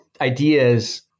ideas